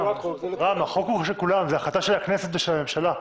רם, זו החלטה של הכנסת ושל הממשלה.